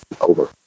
over